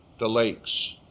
the lakes